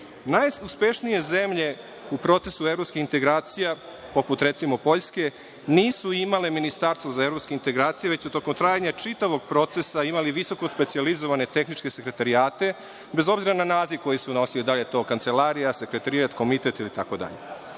EU.Najuspešnije zemlje u procesu evropskih integracija, poput Poljske, nisu imale ministarstvo za evropske integracije, već su tokom trajanja čitavog procesa imali visoko specijalizovane tehničke sekretarijate, bez obzira na naziv koji su nosili, da li je to kancelarija, sekretarijat, komitet, itd. Čini se da je